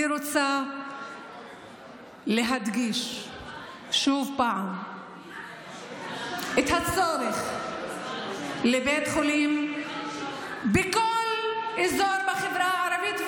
אני רוצה להדגיש שוב פעם את הצורך בבית חולים בכל אזור בחברה הערבית,